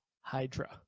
Hydra